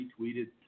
retweeted